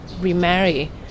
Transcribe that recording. remarry